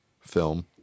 film